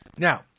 Now